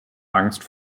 angst